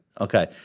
Okay